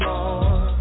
Lord